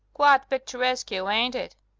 quite pictureaskew, ain't it?